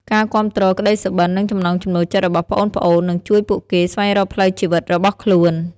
ការគាំទ្រក្តីសុបិន និងចំណង់ចំណូលចិត្តរបស់ប្អូនៗ នឹងជួយពួកគេស្វែងរកផ្លូវជីវិតរបស់ខ្លួន។